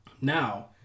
Now